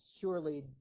surely